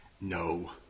No